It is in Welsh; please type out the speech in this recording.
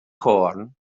corn